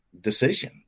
decision